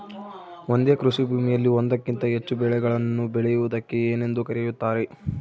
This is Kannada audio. ಒಂದೇ ಕೃಷಿಭೂಮಿಯಲ್ಲಿ ಒಂದಕ್ಕಿಂತ ಹೆಚ್ಚು ಬೆಳೆಗಳನ್ನು ಬೆಳೆಯುವುದಕ್ಕೆ ಏನೆಂದು ಕರೆಯುತ್ತಾರೆ?